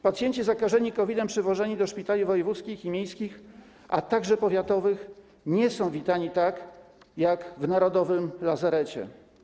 Pacjenci zakażeni COVID-em przywożeni do szpitali wojewódzkich i miejskich, a także powiatowych nie są witani tak, jak w narodowym lazarecie.